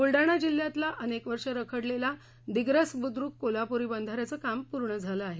बुलडाणा जिल्ह्यातला अनेक वर्ष रखडलेला दिग्रस बुद्रक कोल्हापूरी बंधाऱ्याचं काम पूर्ण झालं आहे